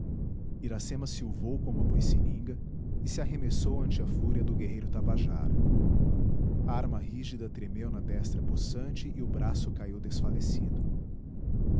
iracema silvou como a boicininga e se arremessou ante a fúria do guerreiro tabajara a arma rígida tremeu na destra possante e o braço caiu desfalecido